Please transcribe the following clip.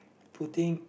putting